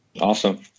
Awesome